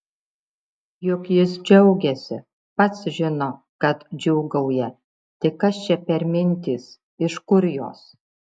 juk jis džiaugiasi pats žino kad džiūgauja tai kas čia per mintys iš kur jos